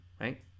right